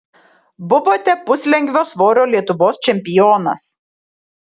buvote puslengvio svorio lietuvos čempionas